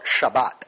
Shabbat